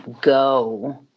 go